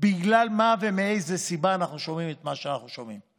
בגלל מה ומאיזו סיבה אנחנו שומעים את מה שאנחנו שומעים.